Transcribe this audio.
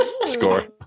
Score